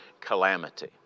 calamity